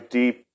deep